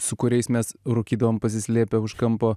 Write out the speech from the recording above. su kuriais mes rūkydavom pasislėpę už kampo